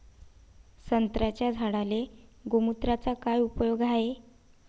संत्र्याच्या झाडांले गोमूत्राचा काय उपयोग हाये?